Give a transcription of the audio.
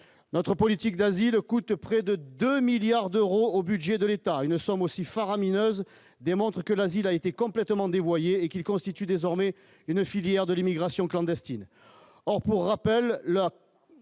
notre politique d'asile coûte près de 2 milliards d'euros au budget de l'État, une somme aussi faramineuse démontre que l'asile a été complètement dévoyé et qui constitue désormais une filière de l'immigration clandestine,